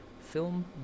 film